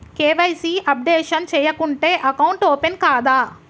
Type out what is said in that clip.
KYC updation చేయకుంటే account open కాదా?